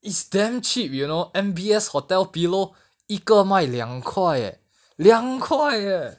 it's damn cheap you know M_B_S hotel pillow 一个卖两块 eh 两块 eh